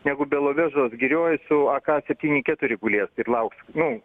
negu belovežos girioj su ak septyni keturi gulės ir lauks nu